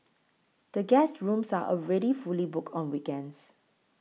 the guest rooms are already fully booked on weekends